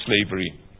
slavery